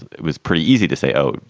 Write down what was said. it was pretty easy to say, oh,